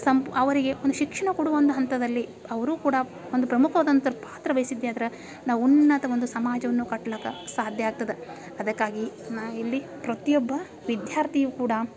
sump ಅವರಿಗೆ ಒಂದು ಶಿಕ್ಷಣ ಕೊಡು ಒಂದು ಹಂತದಲ್ಲಿ ಅವ್ರೂ ಕೂಡ ಒಂದು ಪ್ರಮುಖವಾದಂಥ ಪಾತ್ರವಹಿಸಿದ್ದೆ ಆದ್ರೆ ನಾವು ಉನ್ನತ ಒಂದು ಸಮಾಜವನ್ನು ಕಟ್ಲಿಕ್ಕೆ ಸಾಧ್ಯ ಆಗ್ತದೆ ಅದಕ್ಕಾಗಿ ನಾನು ಇಲ್ಲಿ ಪ್ರತಿಯೊಬ್ಬ ವಿದ್ಯಾರ್ಥಿಯೂ ಕೂಡ